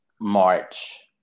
march